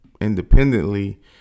independently